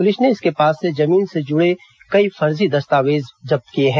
police ने इसके पास से जमीन से जुड़े कई फर्जी दस्तावेज जब्त किए हैं